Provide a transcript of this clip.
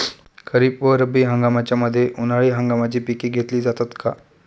खरीप व रब्बी हंगामाच्या मध्ये उन्हाळी हंगामाची पिके घेतली जातात का?